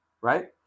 right